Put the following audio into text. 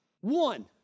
One